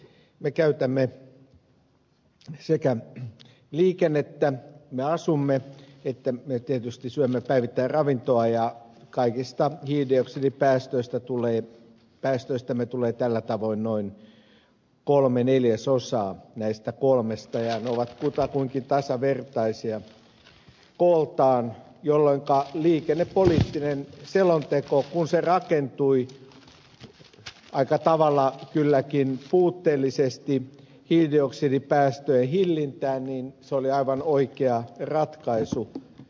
me sekä käytämme liikennettä me asumme että me tietysti syömme päivittäin ravintoa ja kaikista hiilidioksidipäästöistämme tulee tällä tavoin noin kolme neljäsosaa näistä kolmesta ja ne ovat kutakuinkin tasavertaisia kooltaan jolloinka liikennepoliittinen selonteko kun se rakentui aika tavalla kylläkin puutteellisesti hiilidioksidipäästöjen hillintään oli aivan oikea ratkaisu